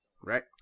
right